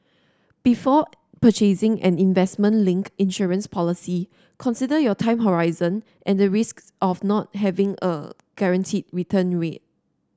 before purchasing an investment linked insurance policy consider your time horizon and the risks of not having a guaranteed return rate